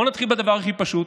בואו נתחיל בדבר הכי פשוט: